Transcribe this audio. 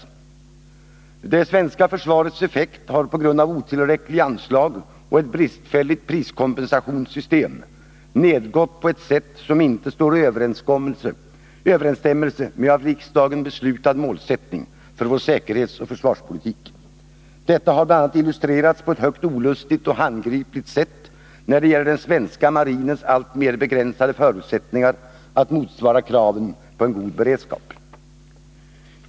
Det svenska försvarets effekt har på grund av otillräckliga anslag och ett bristfälligt priskompensationssystem nedgått på ett sätt som inte står i överensstämmelse med av riksdagen beslutad målsättning för vår säkerhetsoch försvarspolitik. Detta har bl.a. illustrerats på ett högst olustigt och handgripligt sätt när det gäller den svenska marinens alltmer begränsade förutsättningar att motsvara kraven på en god beredskap.